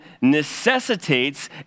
necessitates